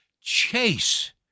chase